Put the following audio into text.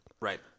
Right